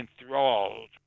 enthralled